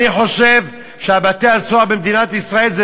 אני חושב שבתי-הסוהר במדינת ישראל זה